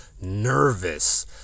nervous